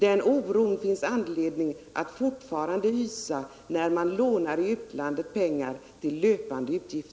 Den oron finns det fortfarande anledning att hysa när regeringen i utlandet lånar pengar till löpande utgifter.